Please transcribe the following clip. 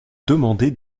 demandé